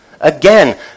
Again